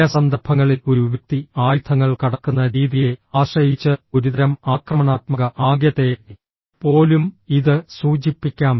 ചില സന്ദർഭങ്ങളിൽ ഒരു വ്യക്തി ആയുധങ്ങൾ കടക്കുന്ന രീതിയെ ആശ്രയിച്ച് ഒരുതരം ആക്രമണാത്മക ആംഗ്യത്തെ പോലും ഇത് സൂചിപ്പിക്കാം